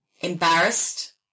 embarrassed